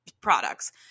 products